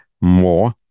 more